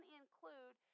include